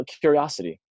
curiosity